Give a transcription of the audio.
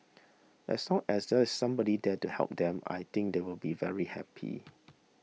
as long as there's somebody there to help them I think they will be very happy